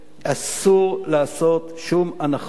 אסור לעשות שום הנחות